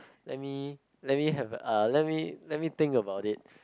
let me let me have a uh let me let me think about it